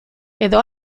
edo